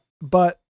but-